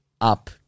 up